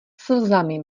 slzami